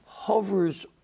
hovers